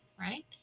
right